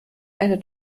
eine